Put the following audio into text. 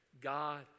God